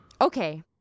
Okay